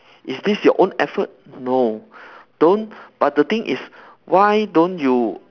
is this your own effort no don't but the thing is why don't you